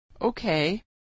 Okay